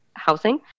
housing